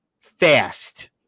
fast